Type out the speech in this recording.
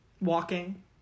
Walking